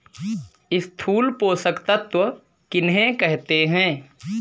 स्थूल पोषक तत्व किन्हें कहते हैं?